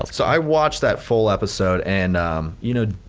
so i watched that full episode and you know,